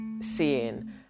seeing